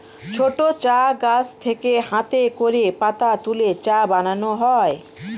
ছোট চা গাছ থেকে হাতে করে পাতা তুলে চা বানানো হয়